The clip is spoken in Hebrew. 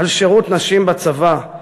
על שירות נשים בצבא,